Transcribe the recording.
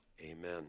Amen